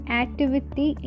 activity